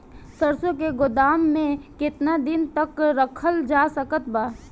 सरसों के गोदाम में केतना दिन तक रखल जा सकत बा?